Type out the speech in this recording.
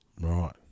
Right